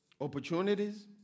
Opportunities